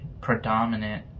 predominant